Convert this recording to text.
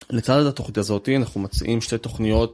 לצד התוכנית הזאת אנחנו מציעים שתי תוכניות